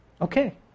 okay